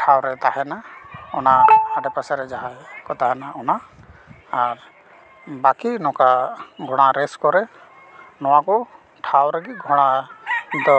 ᱴᱷᱟᱶ ᱨᱮ ᱛᱟᱦᱮᱱᱟ ᱚᱱᱟ ᱟᱰᱮᱯᱟᱥᱮ ᱨᱮ ᱡᱟᱦᱟᱸᱭ ᱠᱚ ᱛᱟᱦᱮᱱᱟ ᱚᱱᱟ ᱟᱨ ᱵᱟᱠᱤ ᱱᱚᱠᱟ ᱜᱷᱚᱲᱟ ᱨᱮᱥ ᱠᱚᱨᱮ ᱱᱚᱣᱟ ᱠᱚ ᱴᱷᱟᱶ ᱨᱮᱜᱮ ᱜᱷᱚᱲᱟ ᱫᱚ